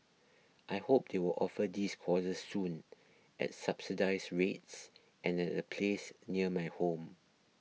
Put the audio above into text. I hope they will offer these courses soon at subsidised rates and at a place near my home